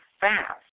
fast